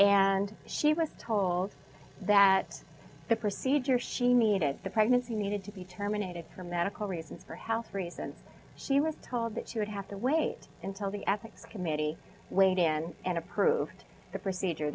and she was told that the procedure she needed the pregnancy needed to be terminated for medical reasons for health reasons she was told that she would have to wait until the ethics committee weighed in and approved the procedure